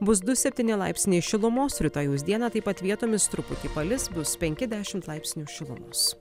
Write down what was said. bus du septyni laipsniai šilumos rytojaus dieną taip pat vietomis truputį palis bus penki dešimt laipsnių šilumos